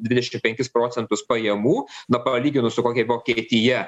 dvidešim penkis procentus pajamų na palyginus su kokia vokietija